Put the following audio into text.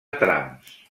trams